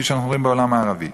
כפי שאנחנו רואים בעולם הערבי.